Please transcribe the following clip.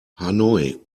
hanoi